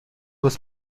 was